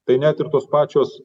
tai net ir tos pačios